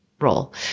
role